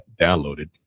downloaded